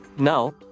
now